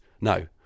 no